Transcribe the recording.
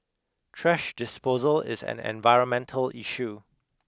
trash disposal is an environmental issue